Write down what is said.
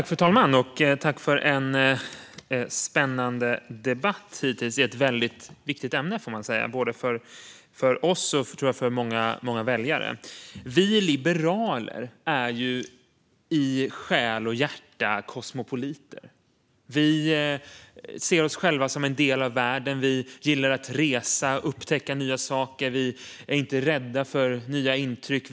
Fru talman! Jag tackar för en hittills spännande debatt i ett viktigt ämne för oss och, tror jag, många väljare. Vi liberaler är ju i själ och hjärta kosmopoliter. Vi ser oss själva som en del av världen. Vi gillar att resa och upptäcka nya saker. Vi är inte rädda för nya intryck.